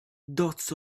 dots